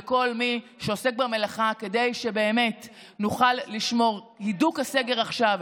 לכל מי שעוסק במלאכה כדי שבאמת נוכל לשמור על הידוק הסגר עכשיו,